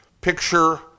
picture